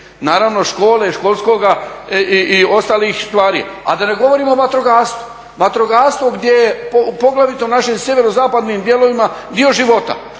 Naravno, škole, školskoga i ostalih stvari, a da ne govorim o vatrogastvu. Vatrogastvo gdje je, poglavito u našim sjeverozapadnim dijelovima, dio života.